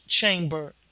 chamber